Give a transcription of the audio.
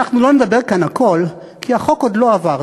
אנחנו לא נדבר כאן הכול כי החוק עוד לא עבר,